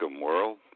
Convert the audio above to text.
world